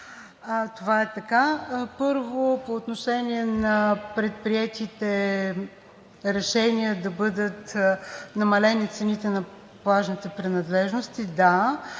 Това е така. Първо, по отношение на предприетите решения да бъдат намалени цените на плажните принадлежности. Да,